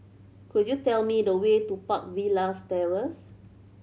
could you tell me the way to Park Villas Terrace